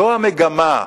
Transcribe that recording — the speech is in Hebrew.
זו המגמה,